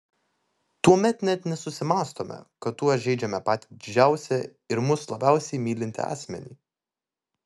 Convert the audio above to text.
tuomet net nesusimąstome kad tuo žeidžiame patį didžiausią ir mus labiausiai mylintį asmenį